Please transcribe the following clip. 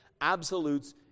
absolutes